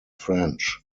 french